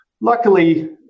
luckily